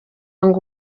ngo